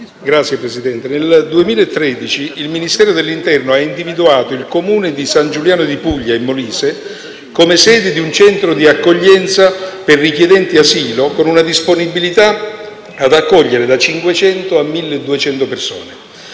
Signora Presidente, nel 2013 il Ministero dell'interno ha individuato il Comune di San Giuliano di Puglia in Molise come sede di un centro di accoglienza per i richiedenti asilo, con una disponibilità ad accogliere da 500 a 1.200 persone.